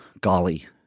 golly